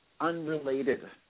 unrelated